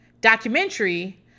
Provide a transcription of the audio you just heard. documentary